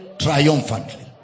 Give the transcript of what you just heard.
triumphantly